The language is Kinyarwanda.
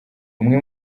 umwe